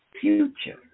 future